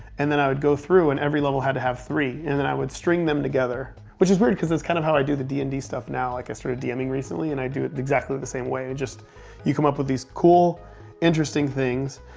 and i would go through. and every level had to have three. and then i would string them together, which is weird cause that's kind of how i do the d and d stuff now. like i starting sort of dming recently, and i do it exactly the same way. just you come up with these cool interesting things,